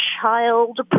child